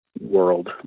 world